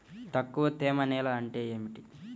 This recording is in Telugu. తక్కువ తేమ నేల అంటే ఏమిటి?